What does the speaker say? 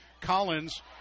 Collins